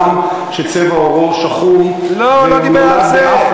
למה אדם שצבע עורו שחום, לא, הוא לא דיבר על זה.